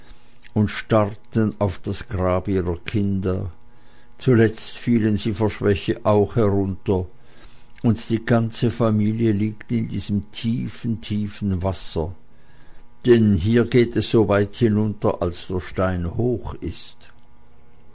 und starrten auf das grab ihrer kinder zuletzt fielen sie vor schwäche auch herunter und die ganze familie liegt in diesem tiefen tiefen wasser denn hier geht es so weit hinunter als der stein hoch ist